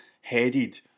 headed